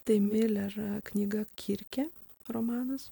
tai miler knyga kirkė romanas